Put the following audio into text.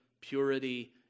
purity